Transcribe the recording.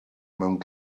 mewn